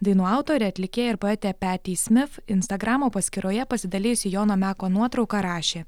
dainų autorė atlikėja ir poetė peti smit instagramo paskyroje pasidalijusi jono meko nuotrauka rašė